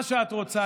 מה שאת רוצה.